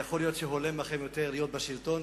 יכול להיות שהולם אתכם יותר להיות בשלטון.